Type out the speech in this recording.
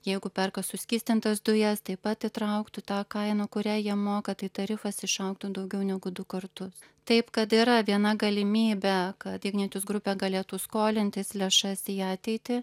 jeigu perka suskystintas dujas taip pat įtrauktų tą kainą kurią jie moka tai tarifas išaugtų daugiau negu du kartus taip kad yra viena galimybė kad ignitis grupė galėtų skolintis lėšas į ateitį